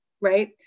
right